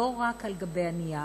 לא רק על גבי הנייר,